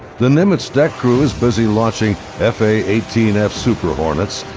the nimitz deck crew is busy launching f a eighteen f super hornets,